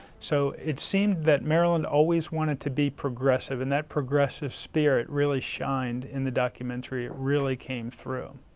so it seemed that maryland always wanted to be progressive and that progressive spirit really shined in the documentary. it really came through.